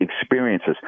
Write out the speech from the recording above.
experiences